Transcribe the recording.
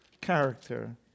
character